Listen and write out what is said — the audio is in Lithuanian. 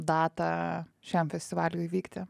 datą šiam festivaliui įvykti